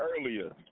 earlier